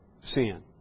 sin